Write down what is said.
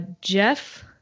Jeff